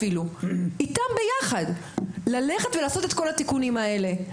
אפילו ללכת ולעשות את כל התיקונים האלה.